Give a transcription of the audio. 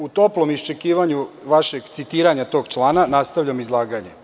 U toplom iščekivanju vašeg citiranja tog člana, nastavljam izlaganje.